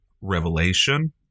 revelation